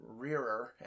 rearer